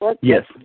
Yes